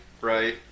right